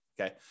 Okay